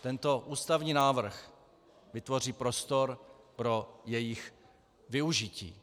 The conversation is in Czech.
Tento ústavní návrh vytvoří prostor pro jejich využití.